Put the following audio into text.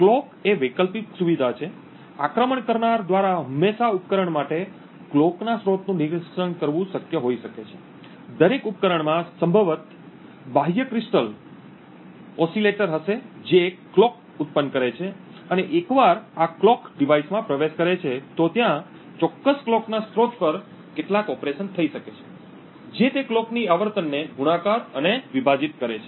clock એ વૈકલ્પિક સુવિધા છે આક્રમણ કરનાર દ્વારા હંમેશાં ઉપકરણ માટે કલોકના સ્રોતનું નિરીક્ષણ કરવું શક્ય હોઇ શકે છે દરેક ઉપકરણમાં સંભવત બાહ્ય ક્રિસ્ટલ oscillator હશે જે એક કલોક ઉત્પન્ન કરે છે અને એકવાર આ કલોક ડિવાઇસમાં પ્રવેશ કરે છે તો ત્યાં ચોક્કસ કલોકના સ્રોત પર કેટલાક ઓપરેશન થઈ શકે છે જે તે કલોકની આવર્તનને ગુણાકાર અથવા વિભાજિત કરે છે